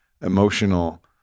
emotional